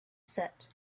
set